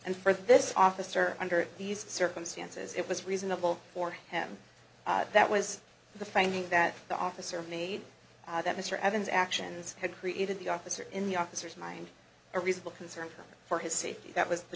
and for this officer under these circumstances it was reasonable for him that was the finding that the officer made that mr evans actions had created the officer in the officer's mind a reasonable concern for his safety that was the